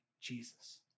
Jesus